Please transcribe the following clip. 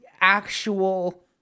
actual